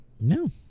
No